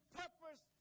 purpose